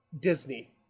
Disney